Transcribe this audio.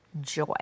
joy